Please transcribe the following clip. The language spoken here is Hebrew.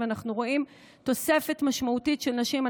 ואנחנו רואים תוספת משמעותית של נשים,